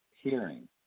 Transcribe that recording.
Hearing